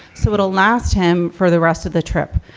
so it'll last him for the rest of the trip.